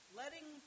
letting